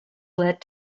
led